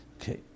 Okay